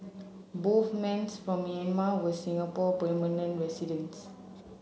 both from Myanmar were Singapore permanent residents